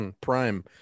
prime